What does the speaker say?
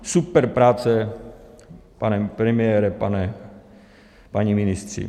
Super práce, pane premiére, páni ministři!